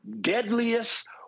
deadliest